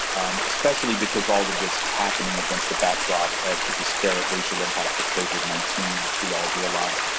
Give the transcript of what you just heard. um especially because all of this is happening against the backdrop of the disparate racial impact of covid nineteen, which we all realize,